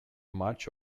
much